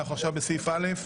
אנחנו עכשיו בסעיף א',